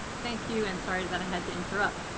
thank you and sorry that i had to interrupt.